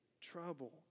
trouble